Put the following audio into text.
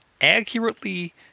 accurately